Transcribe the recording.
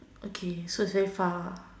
okay so it's very far